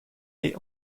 est